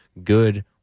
good